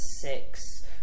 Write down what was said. six